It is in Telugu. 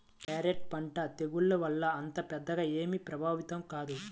క్యారెట్ పంట తెగుళ్ల వల్ల అంత పెద్దగా ఏమీ ప్రభావితం కాదు